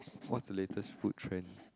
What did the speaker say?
what is the latest food trend